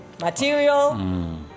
Material